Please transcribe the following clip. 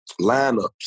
lineups